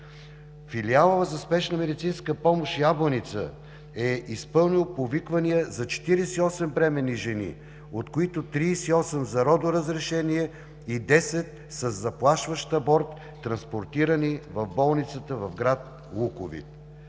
Филиалът за спешна медицинска помощ – Ябланица, е изпълнил повиквания за 48 бременни жени, от които 38 за родоразрешение и 10 със заплашващ аборт, транспортирани в болницата в град Луковит.